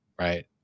Right